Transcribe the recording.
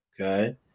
okay